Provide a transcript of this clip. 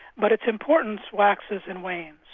but its importance waxes and wanes.